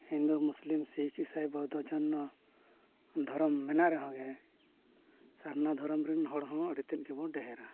ᱦᱤᱱᱫᱩ ᱢᱩᱥᱞᱤᱢ ᱥᱤᱠᱷ ᱤᱥᱟᱭ ᱵᱳᱫᱽᱫᱷᱚ ᱡᱚᱭᱱᱚ ᱫᱷᱚᱨᱚᱢ ᱢᱮᱱᱟᱜ ᱨᱮᱦᱚᱸ ᱜᱮ ᱥᱟᱨᱱᱟ ᱫᱷᱚᱨᱚᱢ ᱨᱮᱱ ᱦᱚᱲ ᱦᱚᱸ ᱟᱹᱰᱤ ᱛᱮᱫ ᱜᱮᱵᱚᱱ ᱰᱷᱮᱨᱟ